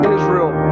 Israel